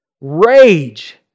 rage